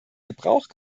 gebrauch